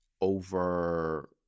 over